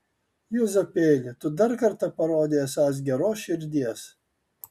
juozapėli tu dar kartą parodei esąs geros širdies